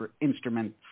instruments